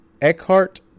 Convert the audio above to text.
Eckhart